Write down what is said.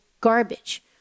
garbage